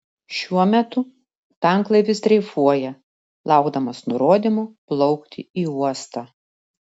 šiuo metu tanklaivis dreifuoja laukdamas nurodymo plaukti į uostą